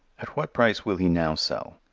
at what price will he now sell?